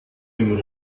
dem